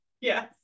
Yes